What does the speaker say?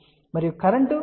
మరియు current I1 విలువ ఎంత